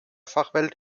fachwelt